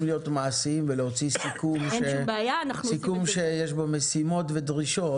להיות מעשיים ולהוציא סיכום שיש בו משימות ודרישות.